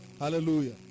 Hallelujah